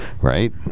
right